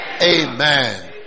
Amen